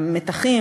המתחים,